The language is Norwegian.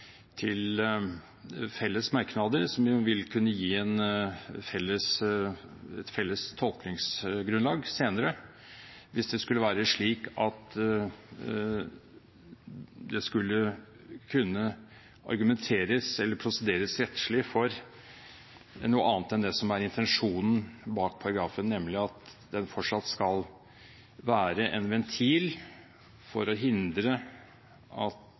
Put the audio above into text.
til felles merknader, som jo vil kunne gi et felles tolkningsgrunnlag senere, hvis det skal kunne prosederes rettslig for noe annet enn det som er intensjonen bak paragrafen, nemlig at den fortsatt skal være en ventil for å hindre at